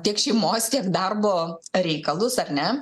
tiek šeimos tiek darbo reikalus ar ne